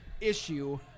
issue